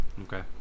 Okay